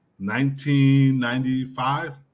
1995